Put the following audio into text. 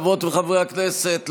חברות וחברי הכנסת,